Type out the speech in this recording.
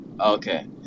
Okay